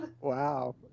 Wow